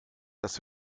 das